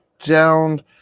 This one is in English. down